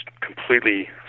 completely